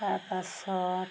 তাৰপাছত